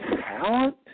talent